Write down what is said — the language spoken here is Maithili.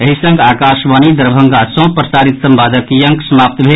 एहि संग आकाशवाणी दरभंगा सँ प्रसारित संवादक ई अंक समाप्त भेल